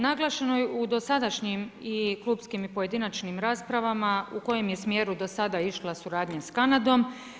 Naglašeno je u dosadašnjim i klubskim i pojedinačnim raspravama u kojem je smjeru do sada išla suradnja s Kanadom.